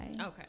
Okay